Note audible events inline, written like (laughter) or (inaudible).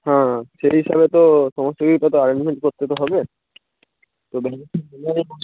হ্যাঁ হ্যাঁ সেই হিসাবে তো সমস্ত কিছুই তো অ্যারেঞ্জমেন্ট করতে তো হবে তো দেখা যাক (unintelligible)